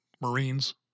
Marines